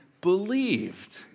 believed